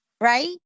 right